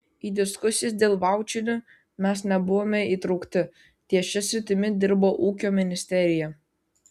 į diskusijas dėl vaučerių mes nebuvome įtraukti ties šia sritimi dirba ūkio ministerija